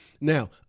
Now